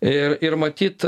ir ir matyt